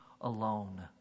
alone